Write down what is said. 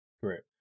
correct